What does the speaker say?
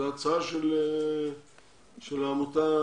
זו הצעה של העמותה הצרפתית.